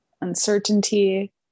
uncertainty